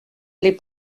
les